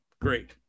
great